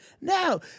no